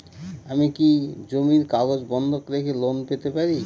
আমি কি জমির কাগজ বন্ধক রেখে লোন পেতে পারি?